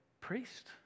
priest